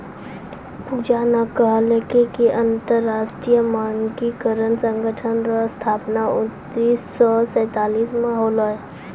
पूजा न कहलकै कि अन्तर्राष्ट्रीय मानकीकरण संगठन रो स्थापना उन्नीस सौ सैंतालीस म होलै